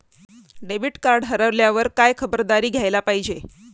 Debit card हरवल्यावर काय खबरदारी घ्यायला पाहिजे?